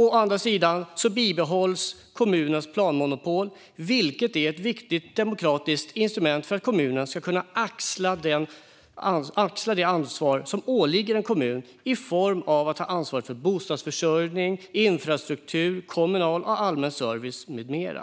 Å andra sidan bibehålls kommunens planmonopol, vilket är ett viktigt demokratiskt instrument för att kommunerna ska kunna axla det ansvar för bostadsförsörjning, infrastruktur, kommunal och allmän service med mera som åligger en